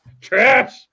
Trash